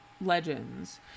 legends